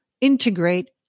integrate